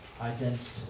identity